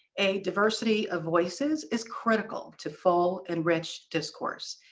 a diversity of voices is critical to full and rich discourse.